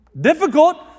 Difficult